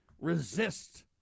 resist